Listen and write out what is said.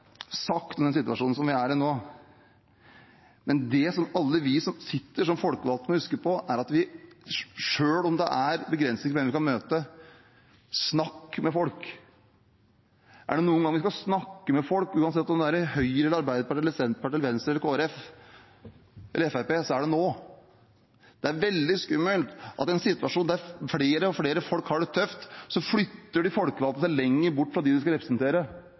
den situasjonen vi er i nå. Men det alle vi som sitter som folkevalgte, må huske på, er at vi selv om det er begrensninger for hvem vi kan møte, må snakke med folk. Er det noen gang vi skal snakke med folk, uansett om man er i Høyre, Arbeiderpartiet, Senterpartiet, Venstre, Kristelig Folkeparti eller Fremskrittspartiet, er det nå. Det er veldig skummelt at de folkevalgte flytter seg lenger bort fra dem de skal representere, i en situasjon der flere og flere har det tøft. Da flytter regjeringen seg lenger bort fra dem den skal representere.